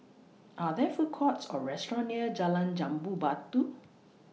Are There Food Courts Or restaurants near Jalan Jambu Batu